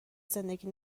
زندگی